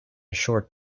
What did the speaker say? short